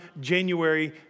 January